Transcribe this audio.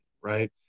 right